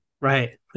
Right